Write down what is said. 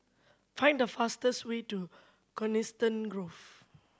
find the fastest way to Coniston Grove